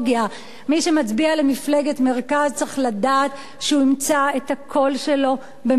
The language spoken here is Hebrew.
מי שמצביע למפלגת מרכז צריך לדעת שהוא ימצא את הקול שלו בממשלת נתניהו.